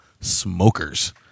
smokers